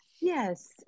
Yes